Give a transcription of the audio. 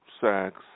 sex